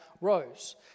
rose